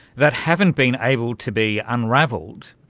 that haven't been able to be unravelled.